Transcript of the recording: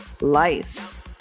life